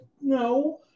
No